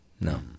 No